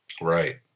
right